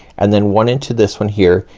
and then one into this one here,